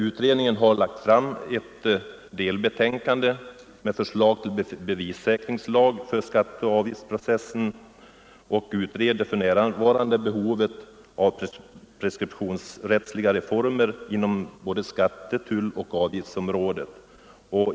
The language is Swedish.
Utredningen har lagt fram ett delbetänkande med förslag till bevissäkringslag för skatteoch avgiftsprocessen och utreder för närvarande behovet av preskriptionsrättsliga reformer inom skatte-, tulloch avgiftsområdet.